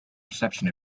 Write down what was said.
reception